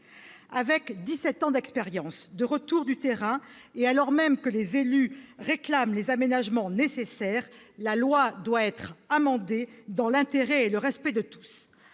Avec dix-sept ans d'expérience, de retours du terrain, et alors même que les élus réclament les aménagements nécessaires, la loi doit être modifiée dans l'intérêt et le respect de tous.